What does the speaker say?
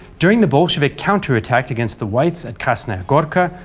during the bolshevik counterattack against the whites at krasnaya gorka,